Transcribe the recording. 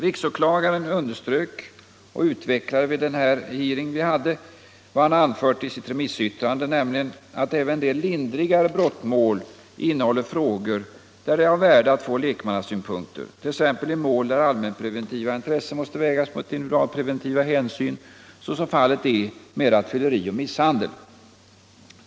Riksåklagaren underströk och utvecklade vid denna hearing vad han anfört i sitt remissyttrande, nämligen att även en del lindrigare brottmål innehåller frågor där det är av värde att få lekmannasynpunkter, t.ex. i mål där allmänpreventiva intressen måste vägas mot individualpreventiva hänsyn såsom fallet är med rattfylleri och misshandel.